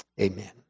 Amen